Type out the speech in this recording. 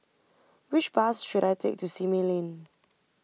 which bus should I take to Simei Lane